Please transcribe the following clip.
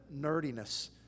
nerdiness